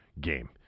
game